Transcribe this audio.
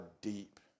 deep